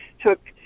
took